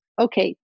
okay